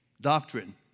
doctrine